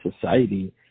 society